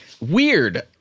weird